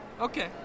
okay